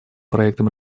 проектам